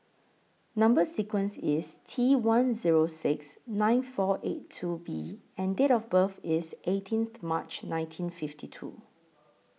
Number sequence IS T one Zero six nine four eight two B and Date of birth IS eighteenth March nineteen fifty two